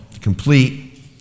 complete